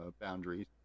boundaries